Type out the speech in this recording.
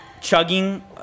chugging